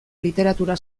literatura